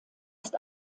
ist